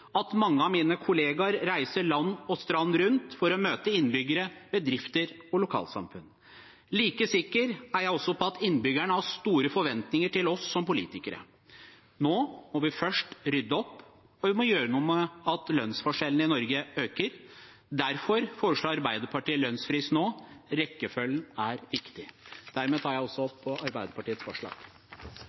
at mange av mine kollegaer reiser land og strand rundt for å møte innbyggere, bedrifter og lokalsamfunn. Like sikker er jeg også på at innbyggerne har store forventninger til oss som politikere. Nå må vi først rydde opp, og vi må gjøre noe med at lønnsforskjellene i Norge øker. Derfor foreslår Arbeiderpartiet lønnsfrys nå. Rekkefølgen er viktig. Dermed tar jeg også opp Arbeiderpartiets forslag.